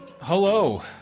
Hello